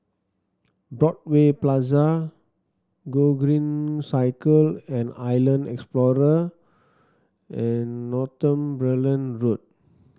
Broadway Plaza Gogreen Cycle and Island Explorer and Northumberland Road